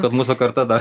kad mūsų karta dar